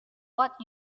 what